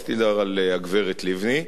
רציתי לדבר על הגברת לבני,